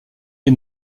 les